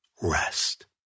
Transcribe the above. rest